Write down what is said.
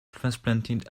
transplanted